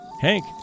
Hank